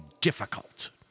difficult